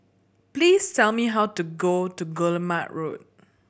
please tell me how to go to Guillemard Road